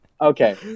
Okay